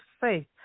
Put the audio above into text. faith